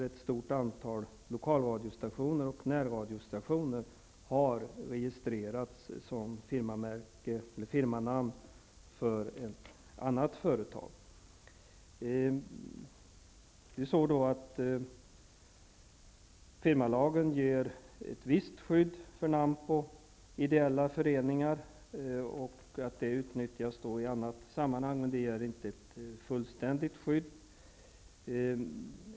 Ett stort antal lokalradiostationer och närradiostationer har registrerats som firmanamn för ett annat företag. Firmalagen ger ett visst skydd för namn på ideella föreningar, men det är inte ett fullständigt skydd, och det utnyttjas då i annat sammanhang.